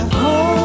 hold